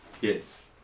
Yes